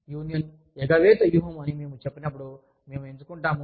union ఎగవేత వ్యూహం అని మేము చెప్పినప్పుడు మేము ఎంచుకుంటాము